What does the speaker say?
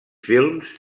films